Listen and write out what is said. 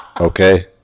okay